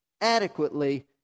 adequately